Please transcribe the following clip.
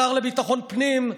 השר לביטחון פנים,